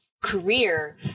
career